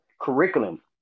curriculum